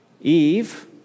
Eve